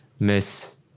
Miss